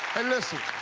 and listen,